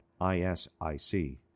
ISIC